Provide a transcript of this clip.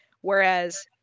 Whereas